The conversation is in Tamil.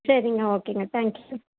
சரிங்க ஓகேங்க தேங்க்யூ